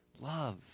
love